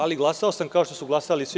Ali, glasao sam kao što su i svi glasali.